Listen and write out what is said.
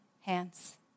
hands